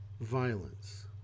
violence